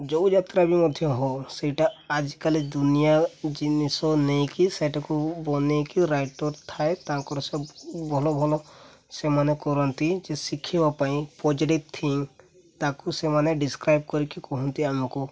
ଯେଉଁ ଯାତ୍ରା ବି ମଧ୍ୟ ହଉ ସେଇଟା ଆଜିକାଲି ଦୁନିଆ ଜିନିଷ ନେଇକି ସେଇଟାକୁ ବନାଇକି ରାଇଟର୍ ଥାଏ ତାଙ୍କର ସବୁ ଭଲ ଭଲ ସେମାନେ କରନ୍ତି ଯେ ଶିଖିବା ପାଇଁ ପଜିଟିଭ୍ ଥିଙ୍କ ତାକୁ ସେମାନେ ଡେସକ୍ରାଇବ୍ କରିକି କୁହନ୍ତି ଆମକୁ